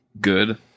good